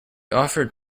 offered